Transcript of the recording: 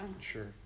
Sure